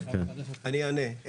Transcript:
אענה.